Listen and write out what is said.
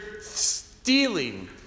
stealing